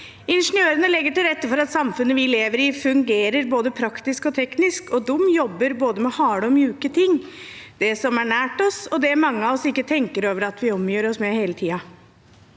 Ingeniørene legger til rette for at samfunnet vi lever i, fungerer både praktisk og teknisk, og de jobber med både harde og myke ting, det som er nært oss, og det mange av oss ikke tenker over at vi omgir oss med hele tiden.